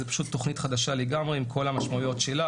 זו פשוט תוכנית חדשה לגמרי עם כל המשמעויות שלה.